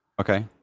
Okay